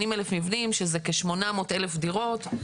80,000 מבנים שזה כ-800,000 דירות,